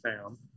found